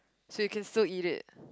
so you can still eat it